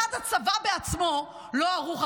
1. הצבא בעצמו לא ערוך.